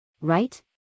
Right